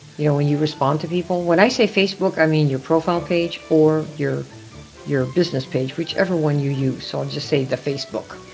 you know, when you respond to people, when i say facebook i mean your profile page or your your business page. whichever one you use. so i'll just say the facebook.